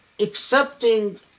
accepting